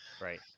Right